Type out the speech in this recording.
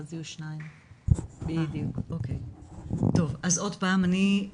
ויש איזה שהם סימני שאלה של 'מה עושים ואיך?